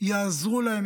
יעזרו להם,